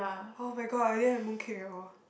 [oh]-my-god I didn't have mooncake at all